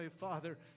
Father